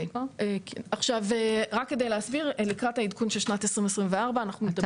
רק כדי להסביר לקראת העדכון של שנת 2024 --- על